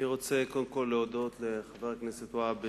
רוצה קודם כול להודות לחבר הכנסת והבה,